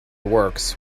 works